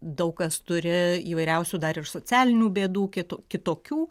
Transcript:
daug kas turi įvairiausių dar ir socialinių bėdų kitų kitokių